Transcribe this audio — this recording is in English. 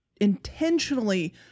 intentionally